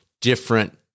different